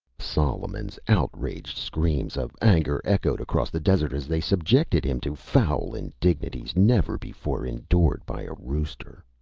solomon's outraged screams of anger echoed across the desert as they subjected him to fowl indignities never before endured by a rooster.